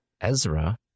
ezra